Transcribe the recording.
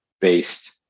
based